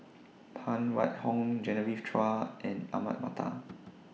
Phan Wait Hong Genevieve Chua and Ahmad Mattar